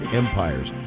empires